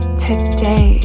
today